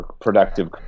productive